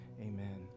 amen